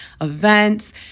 events